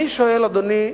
אני שואל, אדוני,